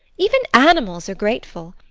even animals are grateful.